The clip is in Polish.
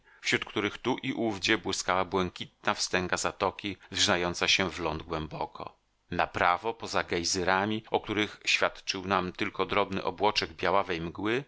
wśród których tu i owdzie błyskała błękitna wstęga zatoki wrzynająca się w ląd głęboko na prawo poza gejzyrami o których świadczył nam tylko drobny obłoczek białawej mgły